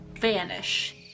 vanish